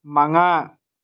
ꯃꯉꯥ